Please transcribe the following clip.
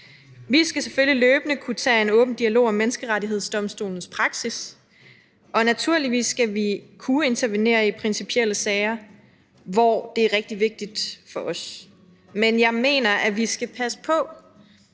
Vi skal selvfølgelig løbende kunne tage en åben dialog om Menneskerettighedsdomstolens praksis, og naturligvis skal vi kunne intervenere i principielle sager, hvor det er rigtig vigtigt for os. Men jeg mener, at vi skal passe på